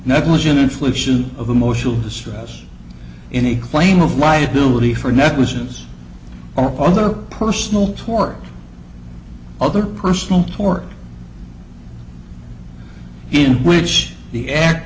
negligent infliction of emotional distress in a claim of liability for negligence or other personal tort other personal tours in which the act